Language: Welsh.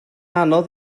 anodd